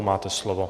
Máte slovo.